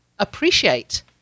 appreciate